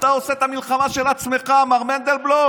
אתה עושה את המלחמה של עצמך, מר מנדלבלוף,